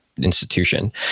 institution